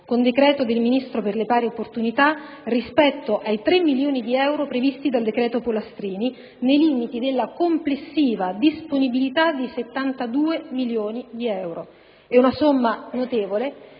con decreto del Ministro per le pari opportunità, rispetto ai 3 milioni di euro previsti dal cosiddetto decreto Pollastrini, nei limiti della complessiva disponibilità di 72 milioni di euro. È una somma notevole